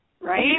Right